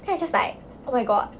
then I just like oh my god